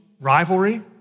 rivalry